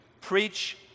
preach